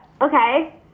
Okay